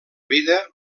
vida